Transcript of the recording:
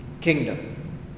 kingdom